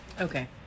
Okay